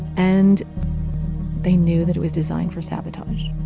and they knew that it was designed for sabotage.